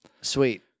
Sweet